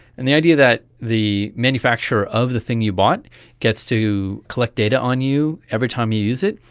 and the idea that the manufacturer of the thing you bought gets to collect data on you every time you use it,